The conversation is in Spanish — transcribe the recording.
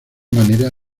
manera